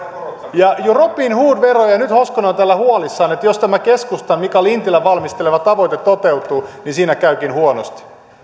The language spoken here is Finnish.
robinhood veroa ja nyt hoskonen on täällä huolissaan että jos tämä keskustan mika lintilän valmistelema tavoite toteutuu niin siinä käykin huonosti